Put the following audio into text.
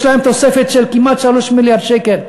יש להן תוספת של כמעט 3 מיליארד שקל.